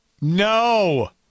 no